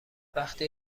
وقتی